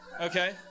Okay